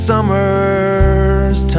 Summer's